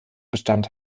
bestand